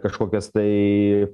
kažkokias tai